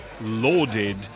lauded